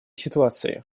ситуации